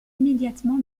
immédiatement